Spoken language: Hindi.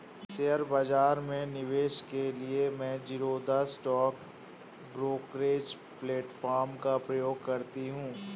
शेयर बाजार में निवेश के लिए मैं ज़ीरोधा स्टॉक ब्रोकरेज प्लेटफार्म का प्रयोग करती हूँ